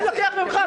אני לא לוקח ממך.